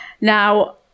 now